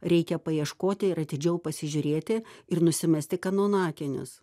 reikia paieškoti ir atidžiau pasižiūrėti ir nusimesti kanono akinius